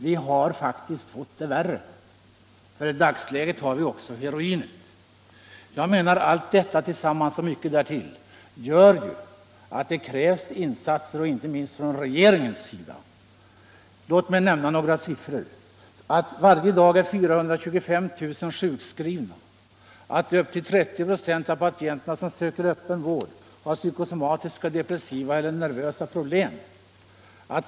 Vi har faktiskt fått det värre. I dagsläget har vi också heroinet. Jag menar att detta tillsammans, och mycket därtill, gör att det krävs insatser, inte minst från regeringens sida. Låt mig nämna några siffror. Varje dag är 425 000 personer sjukskrivna. Upp till 30 96 av patienterna som söker öppen vård har psykosomatiska, depressiva eller nervösa problem.